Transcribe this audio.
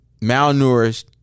malnourished